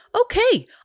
okay